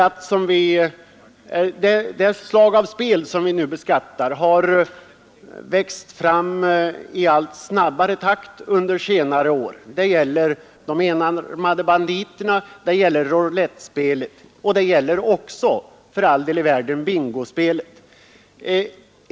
De slag av spel som vi nu ämnar beskatta har växt fram i allt snabbare takt under senare år. Det gäller de enarmade banditerna, roulettspelet och för all del även bingospelet.